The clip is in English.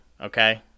okay